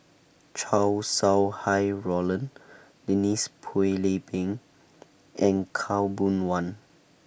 Chow Sau Hai Roland Denise Phua Lay Peng and Khaw Boon Wan